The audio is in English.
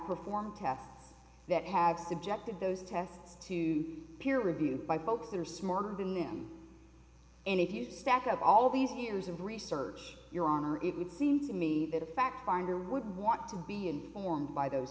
performed tests that have subjected those tests to peer reviewed by folks are smarter than him and if you stack up all these years of research your honor it would seem to me that a fact finder would want to be informed by those